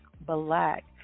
black